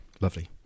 Lovely